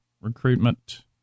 recruitment